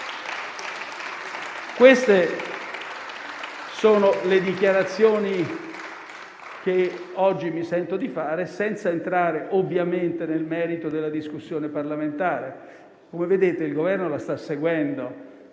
Queste sono le dichiarazioni che oggi mi sento di fare, senza ovviamente entrare nel merito della discussione parlamentare. Come vedete, il Governo la sta seguendo,